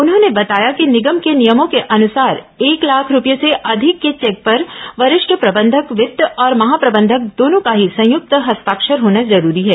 उन्होंने बताया कि निगम के नियमों के अनुसार एक लाख रूपये से अधिक के चेक पर वरिष्ठ प्रबंधक वित्त और महाप्रबंधक दोनों का ही संयुक्त हस्ताक्षर होना जरूरी है